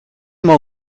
maal